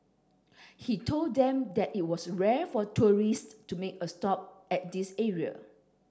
he told them that it was rare for tourists to make a stop at this area